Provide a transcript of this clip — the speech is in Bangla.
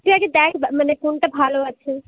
তুই আগে দেখ মানে কোনটা ভালো আছে